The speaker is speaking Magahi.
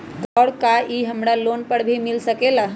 और का इ हमरा लोन पर भी मिल सकेला?